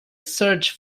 search